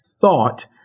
thought